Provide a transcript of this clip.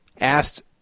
Asked